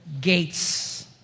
gates